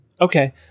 Okay